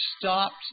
stopped